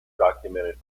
documented